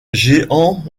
géant